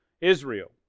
israel